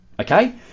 Okay